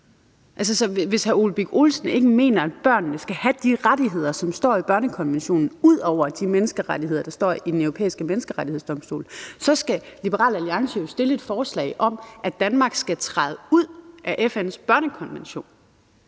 hvis hr. Ole Birk Olesen ikke mener, at børnene skal have de rettigheder, som står i børnekonventionen – ud over de menneskerettigheder, der fortolkes af Den Europæiske Menneskerettighedsdomstol – så skal Liberal Alliance jo fremsætte et forslag om, at Danmark skal træde ud af FN's børnekonvention.